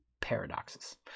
paradoxes